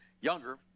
younger